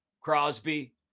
Crosby